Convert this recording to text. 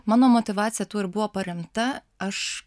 mano motyvacija tuo ir buvo paremta aš